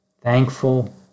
Thankful